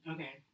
Okay